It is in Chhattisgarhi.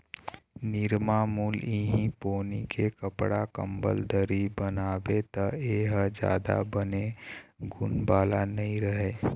निरमामुल इहीं पोनी के कपड़ा, कंबल, दरी बनाबे त ए ह जादा बने गुन वाला नइ रहय